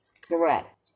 Correct